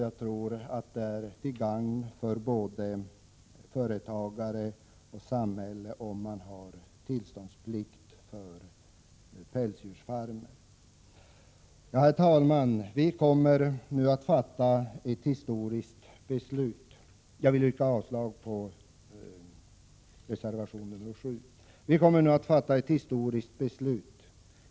Det är till gagn för både företagare och samhället att tillståndsplikt fastställs för pälsdjursfarmare. Jag yrkar avslag på reservation 7. Herr talman! Vi kommer att nu fatta ett historiskt beslut.